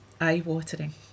eye-watering